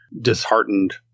disheartened